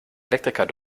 elektriker